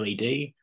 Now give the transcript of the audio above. LED